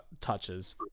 touches